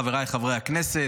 חבריי חברי הכנסת,